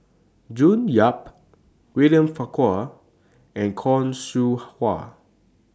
June Yap William Farquhar and Khoo Seow Hwa